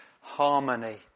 harmony